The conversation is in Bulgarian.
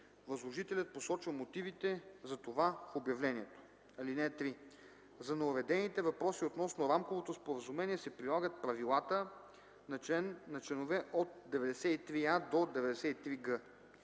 Възложителят посочва мотивите за това в обявлението. (3) За неуредените въпроси относно рамковото споразумение се прилагат правилата на чл. 93а-93г.